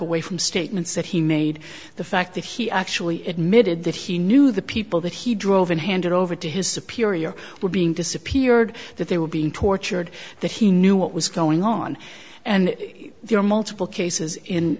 away from statements that he made the fact that he actually admitted that he knew the people that he drove and handed over to his superior were being disappeared that they were being tortured that he knew what was going on and there are multiple cases in